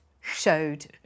showed